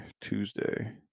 Tuesday